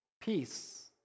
Peace